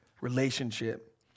Relationship